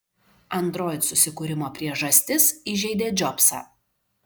android susikūrimo priežastis įžeidė džobsą